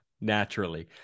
naturally